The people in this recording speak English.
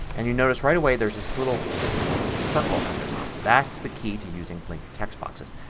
and you notice right away there's this little circle at the top. that's the key to using linked text boxes.